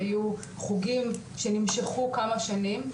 היו חוגים שנמשכו כמה שנים,